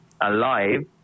Alive